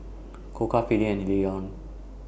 Koka Philips and Lion